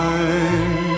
Time